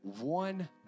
one